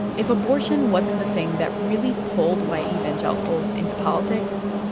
if abortion wasn't the thing that really pulled white evangelicals into politics,